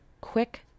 quick